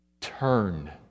Turn